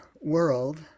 world